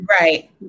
Right